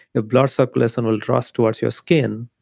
your blood circulation will draw towards your skin,